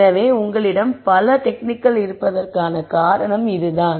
எனவே உங்களிடம் பல டெக்னிக்கள் இருப்பதற்கான காரணம் இதுதான்